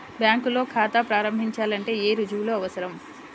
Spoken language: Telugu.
బ్యాంకులో ఖాతా ప్రారంభించాలంటే ఏ రుజువులు అవసరం?